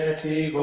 and c